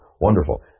Wonderful